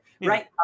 Right